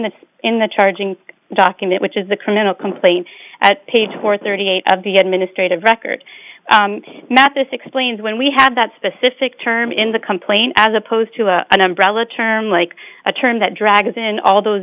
the in the charging document which is the criminal complaint at page four thirty eight of the administrative record mathes explained when we had that specific term in the complaint as opposed to an umbrella term like a term that drags and all those